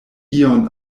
ion